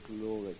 glory